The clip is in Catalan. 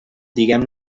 diguem